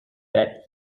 that